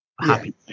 happy